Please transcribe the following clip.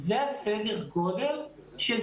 פרופ' גרוטו ואת העבודות שאנחנו עושים.